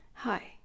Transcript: Hi